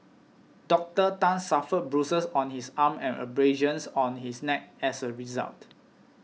Doctor Tan suffered bruises on his arm and abrasions on his neck as a result